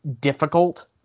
difficult